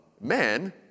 men